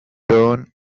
turned